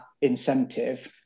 incentive